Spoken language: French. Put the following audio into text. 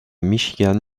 michigan